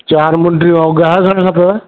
चार मुंडियूं ऐं ॻह घणा खपेव